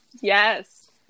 Yes